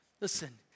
Listen